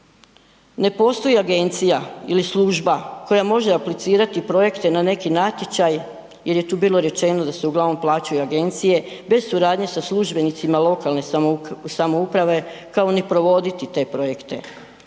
Ne postoji agencija ili služba koja može aplicirati projekte na neki natječaj jer je tu bilo rečeno da se uglavnom plaćaju agencije bez suradnje sa službenicima lokalne samouprave kao ni provoditi te projekte,